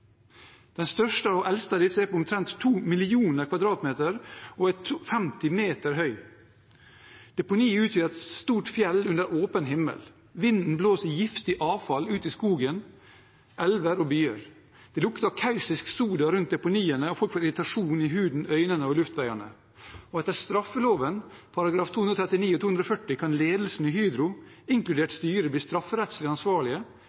største og eldste av disse er på omtrent 2 millioner kvadratmeter og er 50 meter høyt. Deponiet utgjør et stort fjell under åpen himmel. Vinden blåser giftig avfall ut i skog, elver og byer. Det lukter kaustisk soda rundt deponiene, og folk får irritasjon i huden, i øynene og i luftveiene. Etter straffeloven §§ 239 og 240 kan ledelsen i Hydro, inkludert styret, bli strafferettslig ansvarlige